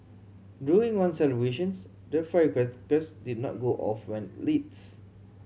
during one celebrations the firecrackers did not go off when lit